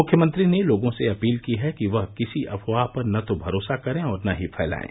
मुख्यमंत्री ने लोगों से अपील की है कि वह किसी अफवाह पर न तो भरोसा करें और न ही फैलायें